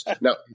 Now